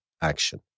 action